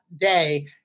day